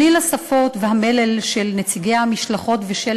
בבליל השפות והמלל של נציגי המשלחות ושל